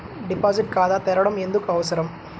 Deposit ఖాతా తెరవడం ఎందుకు అవసరం?